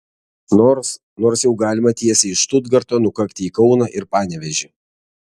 nors nors jau galima tiesiai iš štutgarto nukakti į kauną ir panevėžį